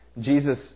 Jesus